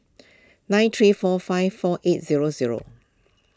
nine three four five four eight zero zero